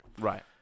Right